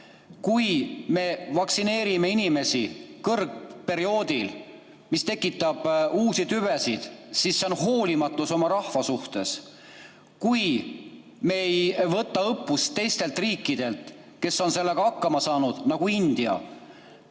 Kui me vaktsineerime inimesi kõrgperioodil, mis tekitab uusi tüvesid, siis see on hoolimatus oma rahva suhtes. Me ei võta õppust teistest riikidest, kes on sellega hakkama saanud – nagu India